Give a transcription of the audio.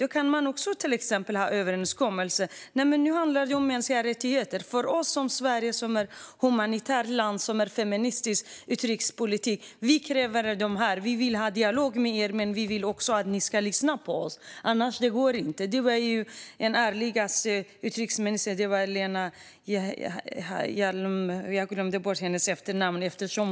Då kan man också till exempel ha en överenskommelse om mänskliga rättigheter och säga att vi i Sverige, som är ett humant land med en feministisk utrikespolitik, kräver detta. Då kan man säga att vi vill ha en dialog med Iran men att vi också vill att Iran ska lyssna på oss. Annars går det inte. Den ärligaste utrikesministern var Lena Hjelm-Wallén.